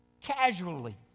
casually